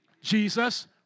Jesus